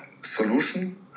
solution